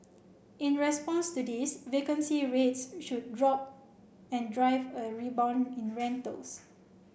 in response to this vacancy rates should drop and drive a rebound in rentals